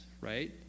right